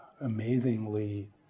amazingly